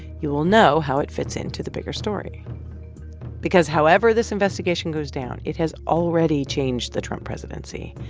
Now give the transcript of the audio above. you will know how it fits into the bigger story because however this investigation goes down, it has already changed the trump presidency